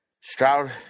Stroud